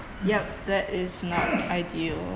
yup that is not ideal